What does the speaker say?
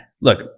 look